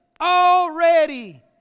Already